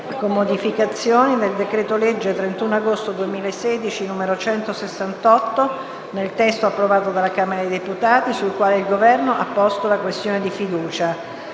con modificazioni, del decreto-legge 31 agosto 2016, n. 168, nel testo approvato dalla Camera dei deputati, sull'approvazione del quale il Governo ha posto la questione di fiducia: